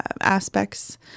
aspects